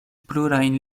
plurajn